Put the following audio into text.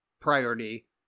priority